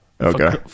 okay